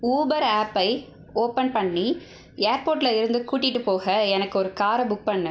Uber ஆப்பை open பண்ணி ஏர்போர்ட்டில் இருந்து கூட்டிட்டு போக எனக்கு ஒரு காரை புக் பண்ணு